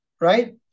right